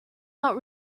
not